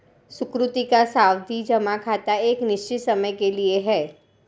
सुकृति का सावधि जमा खाता एक निश्चित समय के लिए है